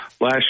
last